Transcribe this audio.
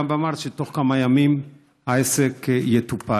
קם ואמר שבתוך כמה ימים העסק יטופל.